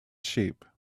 sheep